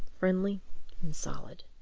friendly and solid.